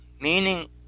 meaning